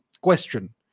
question